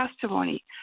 testimony